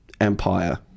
Empire